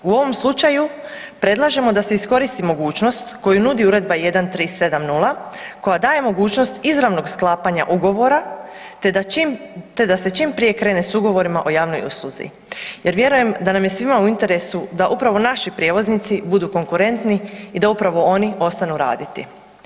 U ovom slučaju predlažemo da se iskoristi mogućnost koju nudi Uredba 1370 koja daje mogućnost izravnog sklapanja ugovora, te da čim, te da se čim prije krene s Ugovorima o javnoj usluzi jer vjerujem da nam je svima u interesu da upravo naši prijevoznici budu konkurentni i da upravo oni ostanu raditi.